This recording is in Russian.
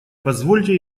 позвольте